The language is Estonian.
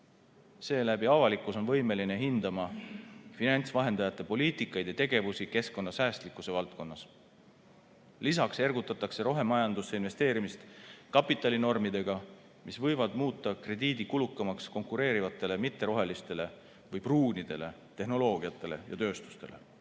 Seeläbi on avalikkus võimeline hindama finantsvahendajate poliitikat ja tegevusi keskkonnasäästlikkuse valdkonnas. Lisaks ergutatakse rohemajandusse investeerimist kapitalinormidega, mis võivad muuta krediidi kulukamaks konkureerivatele mitterohelistele või pruunidele tehnoloogiatele ja tööstustele.